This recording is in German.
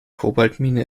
kobaltmine